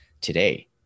today